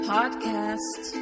Podcast